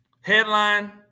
Headline